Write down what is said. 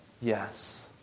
Yes